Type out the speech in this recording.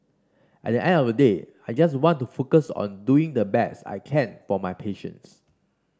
at the end of the day I just want to focus on doing the best I can for my patients